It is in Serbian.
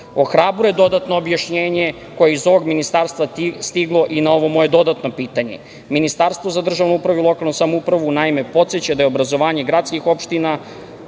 gradova? Ohrabruje dodatno objašnjenje koje je iz ovog ministarstva stiglo i na ovo moje dodatno pitanje. Ministarstvo za državnu upravu i lokalnu samoupravu, naime, podseća da je obrazovanje gradskih opština